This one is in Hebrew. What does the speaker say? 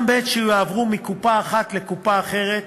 גם בעת שיועברו מקופה אחת לאחרת,